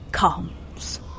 Comes